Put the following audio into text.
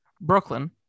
Brooklyn